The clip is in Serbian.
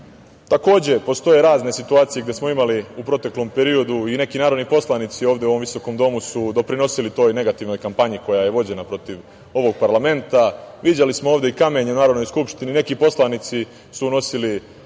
postoje razne situacije koje smo imali u proteklom periodu i neki narodni poslanici ovde u ovom visokom domu su doprinosili toj negativnoj kampanji koja je vođena protiv ovog parlamenta. Viđali smo ovde i kamenje u Narodnoj skupštini. Neki poslanici su unosili